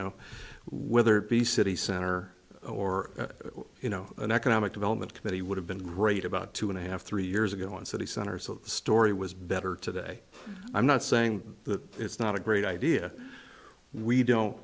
know whether it be city center or you know an economic development that he would have been great about two and a half three years ago and city center so the story was better today i'm not saying that it's not a great idea we don't